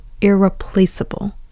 irreplaceable